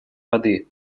воды